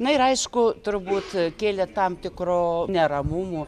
na ir aišku turbūt kėlė tam tikrų neramumų